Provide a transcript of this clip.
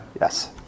Yes